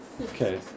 Okay